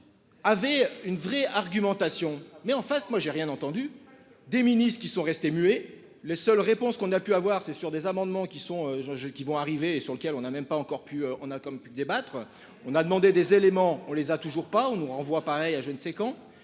Avait une vraie argumentation mais en face, moi j'ai rien entendu des ministres qui sont restés muets. Les seules réponses qu'on a pu avoir ses sur des amendements qui sont Georges qui vont arriver sur lequel on a même pas encore pu on a quand même pu débattre. On a demandé des éléments, on les a toujours pas on nous renvoie pareil. Ah je ne sais quand.